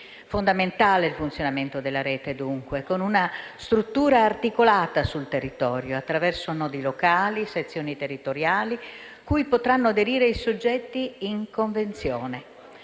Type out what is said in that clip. Fondamentale è dunque il funzionamento della rete con una struttura articolata sul territorio, attraverso nodi locali o sezioni territoriali, cui potranno aderire i soggetti in convenzione.